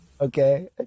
okay